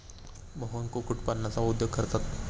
मोहन कुक्कुटपालनाचा उद्योग करतात